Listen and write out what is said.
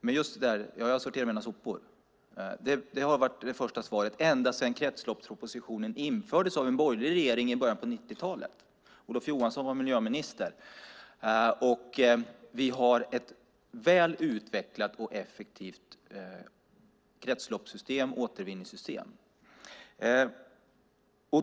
Men att man sorterar sina sopor har varit det första svaret ända sedan kretsloppspropositionen infördes av en borgerlig regering i början av 90-talet, då Olof Johansson var miljöminister. Vi har ett väl utvecklat och effektivt kretsloppssystem och återvinningssystem.